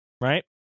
right